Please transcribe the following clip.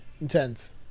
intense